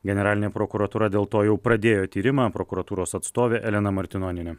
generalinė prokuratūra dėl to jau pradėjo tyrimą prokuratūros atstovė elena martinonienė